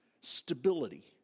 stability